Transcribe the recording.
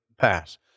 pass